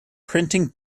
printing